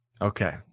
Okay